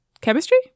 Chemistry